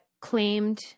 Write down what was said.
Claimed